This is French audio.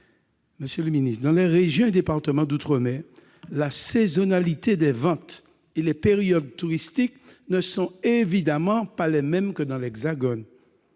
favorables ! Dans les régions et départements d'outre-mer, la saisonnalité des ventes et les périodes touristiques ne sont évidemment pas les mêmes que dans l'Hexagone.